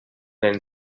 then